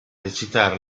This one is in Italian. recitare